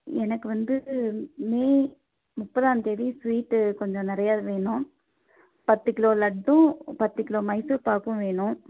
எனக்கு வந்து மே முப்பதாம் தேதி ஸ்வீட்டு கொஞ்சம் நிறையா வேணும் பத்து கிலோ லட்டும் பத்து கிலோ மைசூர் பாக்கும் வேணும்